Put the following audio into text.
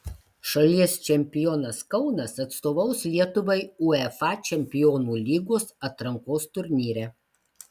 šalies čempionas kaunas atstovaus lietuvai uefa čempionų lygos atrankos turnyre